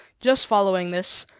just following this,